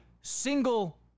single